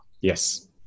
Yes